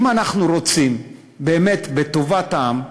אם אנחנו רוצים באמת בטובת העם,